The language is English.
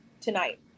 tonight